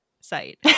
site